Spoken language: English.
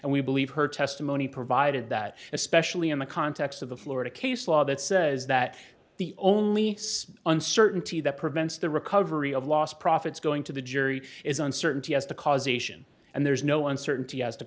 and we believe her testimony provided that especially in the context of the florida case law that says that the only uncertainty that prevents the recovery of lost profits going to the jury is uncertainty as to causation and there's no uncertainty as t